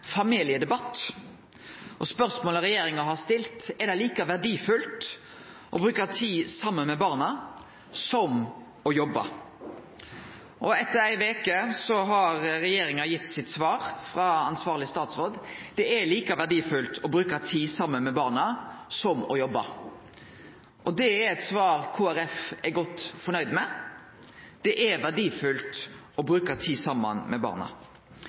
familiedebatt. Spørsmålet regjeringa har stilt, er: Er det like verdifullt å bruke tid saman med barna som å jobbe? Etter ei veke har regjeringa gitt sitt svar – gjennom ansvarleg statsråd: Det er like verdifullt å bruke tid saman med barna som å jobbe. Det er eit svar Kristeleg Folkepari er godt fornøgd med. Det er verdifullt å bruke tid saman med barna.